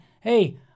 hey